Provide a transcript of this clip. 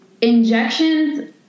injections